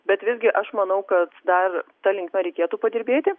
bet visgi aš manau kad dar ta linkme reikėtų padirbėti